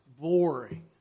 boring